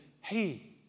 Hey